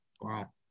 Wow